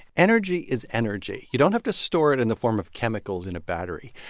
energy is energy. you don't have to store it in the form of chemicals in a battery.